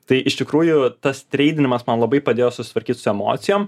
tai iš tikrųjų tas treidinimas man labai padėjo susitvarkyt su emocijom